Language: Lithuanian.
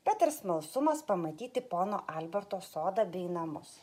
bet ir smalsumas pamatyti pono alberto sodą bei namus